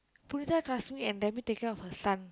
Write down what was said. Punitha trusts me and let me take care of her son